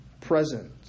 present